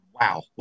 wow